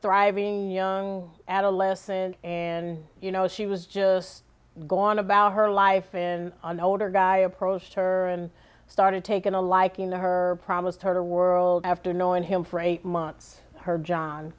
thriving young adolescent and you know she was just gone about her life in an older guy approached her and started taken a liking to her promised her world after knowing him for a month her john